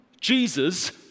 Jesus